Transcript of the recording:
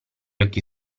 occhi